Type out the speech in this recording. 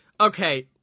Okay